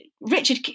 Richard